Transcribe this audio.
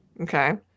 Okay